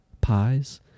pies